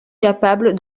capable